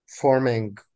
forming